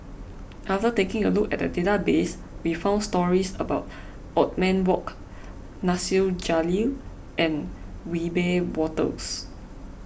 after taking a look at the database we found stories about Othman Wok Nasir Jalil and Wiebe Wolters